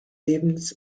lebens